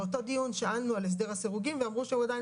באותו הדיון שאלנו על "הסדר לסירוגין" והם אומרים שהוא עדיין